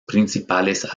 principales